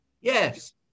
Yes